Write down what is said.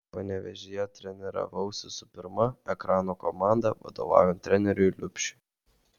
panevėžyje treniravausi su pirma ekrano komanda vadovaujant treneriui liubšiui